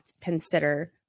consider